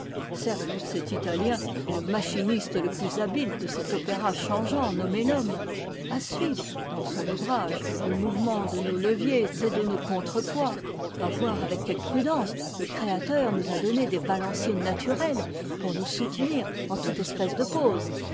certes cet italien est le machiniste le plus habile de cet opéra changeant nommé l'homme a suivre dans son ouvrage le mouvement de nos leviers et de nos contre-poids à voir avec quelle prudence le créateur nous a donné des balanciers naturels pour nous soutenir en toute espèce de pose